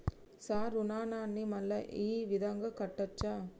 Sir రుణాన్ని మళ్ళా ఈ విధంగా కట్టచ్చా?